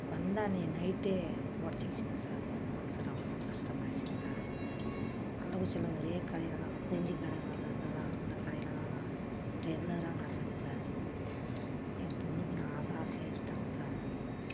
வந்த அன்றைய நைட்டே உடச்சிக்கிச்சிங்க சார் எங்கள் மனது ரொம்ப கஷ்டமாயிடுச்சிங்க சார் கள்ளக்குறிச்சியில் ஒரே கடையில்தான் வாங் குறிஞ்சி கடைங்குறதுலதான் அந்த கடையில்தான் நான் ரெகுலராக நகை எடுப்பேன் என் பொண்ணுக்கு நான் ஆசை ஆசையாக எடுத்தேங்க சார்